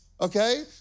Okay